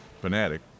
fanatic